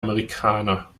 amerikaner